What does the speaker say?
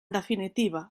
definitiva